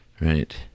right